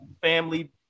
family